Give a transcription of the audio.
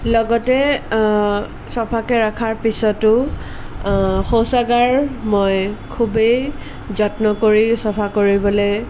লগতে চাফাকে ৰখাৰ পিছতো শৌচাগাৰ মই খুবেই যত্ন কৰি চাফা কৰিবলৈ